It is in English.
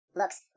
looks